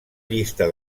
llista